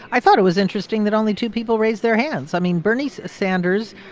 i thought it was interesting that only two people raised their hands. i mean, bernie sanders,